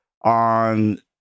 on